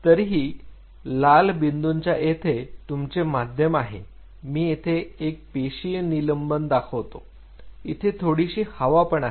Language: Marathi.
तरीही लाल बिंदूंच्या येथे तुमचे माध्यम आहे मी येथे एक पेशीय निलंबन दाखवतो इथे थोडीशी हवा पण आहे